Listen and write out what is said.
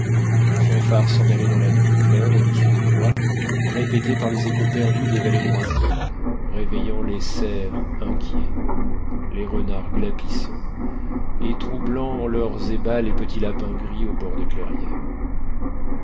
la fanfare s'en allait dans la nuit claire au-dessus des bois répétée par les échos perdus des vallées lointaines réveillant les cerfs inquiets les renards glapissants et troublant en leurs ébats les petits lapins gris au bord des clairières